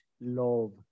love